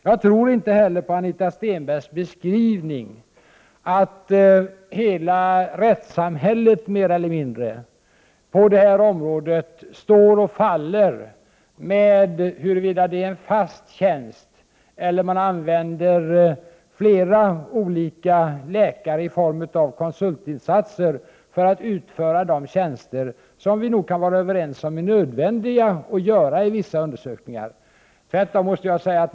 Jagtror inte heller på att Anita Stenbergs beskrivning, att mer eller mindre hela rättssamhället på detta område står och faller med huruvida det finns en fast tjänst eller om man har flera olika läkare i form av konsultinsatser för att utföra de tjänster som vi kan vara överens om är nödvändiga att göra i vissa undersökningar.